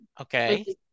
Okay